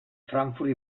frankfurt